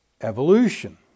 evolution